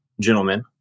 gentlemen